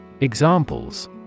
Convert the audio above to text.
examples